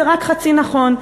זה רק חצי נכון,